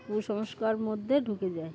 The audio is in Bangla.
কুসংস্কার মধ্যে ঢুকে যায়